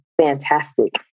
fantastic